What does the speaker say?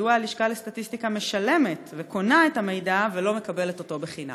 מדוע הלשכה לסטטיסטיקה משלמת וקונה את המידע ולא מקבלת אותו חינם?